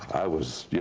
i was